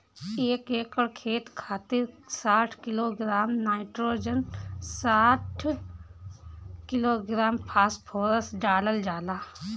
एक एकड़ खेत खातिर साठ किलोग्राम नाइट्रोजन साठ किलोग्राम फास्फोरस डालल जाला?